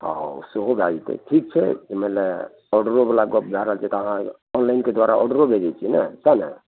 हँ सेहो भए जेतै ठीक छै ई मने ओर्डेरे बला गप भए रहल छै तऽ अहाँ ऑनलाइनके द्वारा ऑर्डरो भेजै छियै ने सएह ने